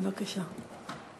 בבקשה.